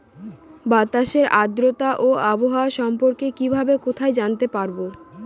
বাতাসের আর্দ্রতা ও আবহাওয়া সম্পর্কে কিভাবে কোথায় জানতে পারবো?